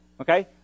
Okay